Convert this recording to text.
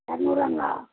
இரநூறுவாங்களா